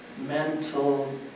mental